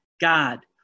God